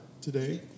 today